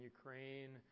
Ukraine